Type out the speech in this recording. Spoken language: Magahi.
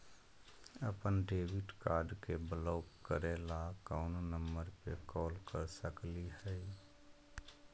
अपन डेबिट कार्ड के ब्लॉक करे ला कौन नंबर पे कॉल कर सकली हई?